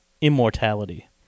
immortality